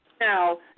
now